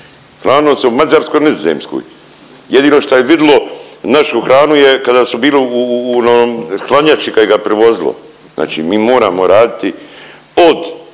Hranilo se u Mađarskoj il Nizozemskoj. Jedino što je vidlo našu hranu je kada su bili u onoj hladnjači kad ga je prevozilo. Znači mi moramo raditi od